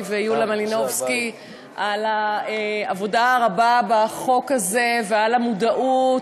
ויוליה מלינובסקי על העבודה הרבה בחוק הזה ועל המודעות.